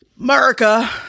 America